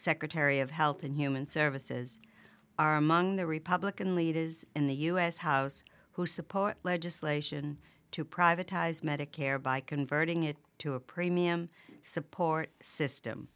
secretary of health and human services are among the republican leaders in the u s house who support legislation to privatized medicare by converting it to a premium support system